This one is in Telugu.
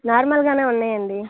నార్మల్గా ఉన్నాయి అండి